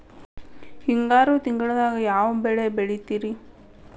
ಹಿಂಗಾರು ತಿಂಗಳದಾಗ ಯಾವ ಬೆಳೆ ಬೆಳಿತಿರಿ?